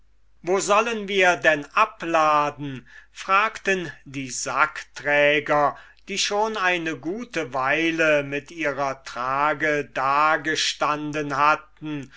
wo sollen wir denn abladen fragten die sackträger die schon eine gute weile mit ihrer trage dagestanden waren